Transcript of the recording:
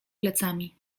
plecami